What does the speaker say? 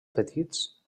petits